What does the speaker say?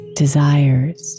desires